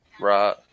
Right